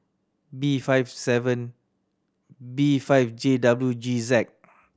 B five seven B five J W G Z